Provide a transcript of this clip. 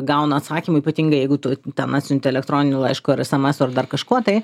gauna atsakymą ypatingai jeigu tu ten atsiunti elektroniniu laišku ar esamesu ar dar kažkuo tai